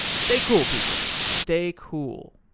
stay cool people. stay cool.